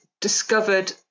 discovered